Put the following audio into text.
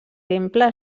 temple